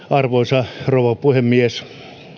arvoisa rouva puhemies